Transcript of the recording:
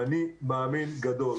ואני מאמין גדול.